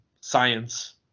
science